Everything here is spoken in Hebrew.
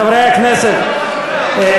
חברי הכנסת,